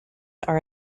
are